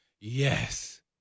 yes